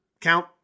count